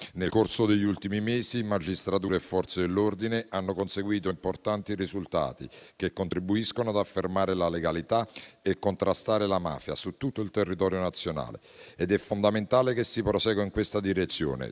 Nel corso degli ultimi mesi magistratura e Forze dell'ordine hanno conseguito importanti risultati, che contribuiscono ad affermare la legalità e contrastare la mafia su tutto il territorio nazionale. È fondamentale che si prosegua in questa direzione